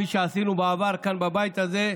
וכפי שעשינו בעבר כאן בבית הזה,